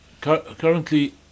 Currently